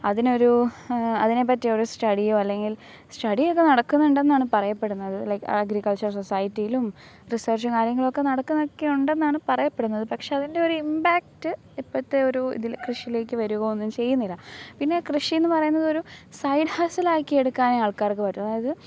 അതിനൊരു അതിനെപ്പറ്റി ഒരു സ്റ്റഡിയോ അല്ലെങ്കിൽ സ്റ്റഡി ഒക്കെ നടക്കുന്നുണ്ടെന്നാണ് പറയപ്പെടുന്നത് ലൈക്ക് അഗ്രിക്കൾച്ചറൽ സൊസൈറ്റിയിലും റിസർച്ചും കാര്യങ്ങളുമൊക്കെ നടക്കുന്നു എന്നൊക്കെ ഉണ്ടെന്നാണ് പറയപ്പെടുന്നത് പക്ഷെ അതിൻ്റെ ഒരു ഇമ്പാക്റ്റ് ഇപ്പോഴത്തെയൊരു ഇതിൽ കൃഷിയിലേക്ക് വരികയോ ഒന്നും ചെയ്യുന്നില്ല പിന്നെ കൃഷി എന്നു പറയുന്നത് ഒരു സൈഡ് ഹസൽ ആക്കി എടുക്കാനെ ആൾക്കാർക്ക് പറ്റു അതായത്